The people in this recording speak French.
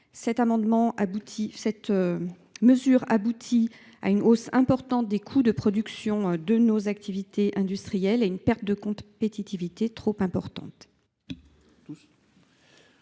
Cette mesure aboutit à une hausse importante des coûts de production de nos activités industrielles et à une perte de compétitivité trop considérable.